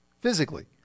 Physically